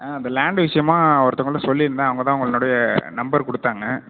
ஆ அந்த லேண்டு விஷியமாக ஒருத்தவுங்கள்கிட்ட சொல்லிருந்தேன் அவங்க தான் உங்கள்னுடைய நம்பர் கொடுத்தாங்க